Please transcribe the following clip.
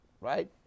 right